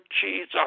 Jesus